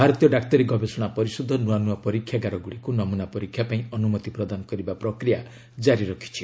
ଭାରତୀୟ ଡାକ୍ତରୀ ଗବେଷଣା ପରିଷଦ ନୂଆ ନୂଆ ପରୀକ୍ଷାଗାରଗୁଡ଼ିକୁ ନମୁନା ପରୀକ୍ଷା ପାଇଁ ଅନୁମତି ପ୍ରଦାନ କରିବା ପ୍ରକ୍ରିୟା ଜାରି ରଖିଛି